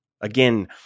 Again